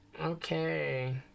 Okay